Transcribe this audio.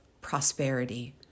prosperity